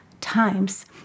times